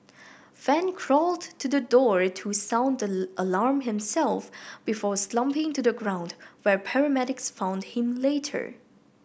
fan crawled to the door to sound the alarm himself before slumping to the ground where paramedics found him later